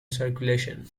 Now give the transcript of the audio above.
circulation